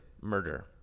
murder